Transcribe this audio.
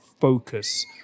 focus